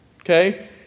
Okay